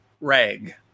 rag